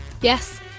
Yes